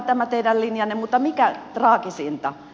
tämä teidän linjanne on hyvin epäselvä